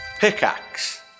pickaxe